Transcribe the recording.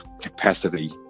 capacity